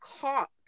caught